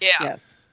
Yes